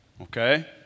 okay